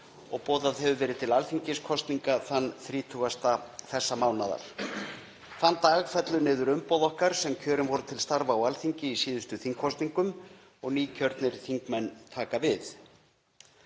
og boðað hefur verið til alþingiskosninga þann 30. þessa mánaðar. Þann dag fellur niður umboð okkar sem kjörin voru til starfa á Alþingi í síðustu þingkosningum og nýkjörnir þingmenn taka við.